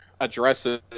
addresses